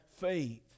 faith